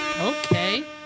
Okay